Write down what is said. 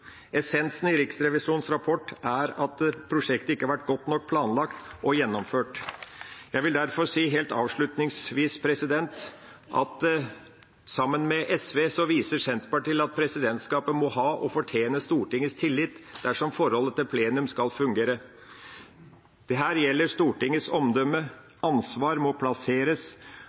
Essensen i Riksrevisjonens rapport er at prosjektet ikke har vært godt nok planlagt og gjennomført. Jeg vil derfor helt avslutningsvis si at sammen med SV viser Senterpartiet til at presidentskapet må ha og må fortjene Stortingets tillit dersom forholdet til plenum skal fungere. Dette gjelder Stortingets omdømme. Ansvar må plasseres,